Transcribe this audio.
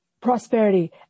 prosperity